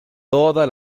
toda